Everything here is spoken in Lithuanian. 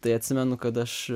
tai atsimenu kad aš